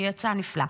יצא נפלא.